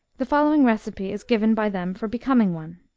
the following receipt is given by them for becoming one.